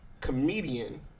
comedian